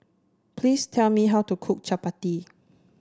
please tell me how to cook Chappati